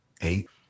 eight